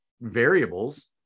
variables